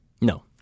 No